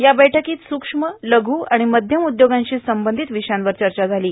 या बैठकीत सुक्ष्म लघू आणि मध्यम उद्योगांशी संबंधित विषयांवर चर्चा होणार आहे